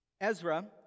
Ezra